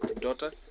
daughter